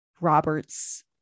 robert's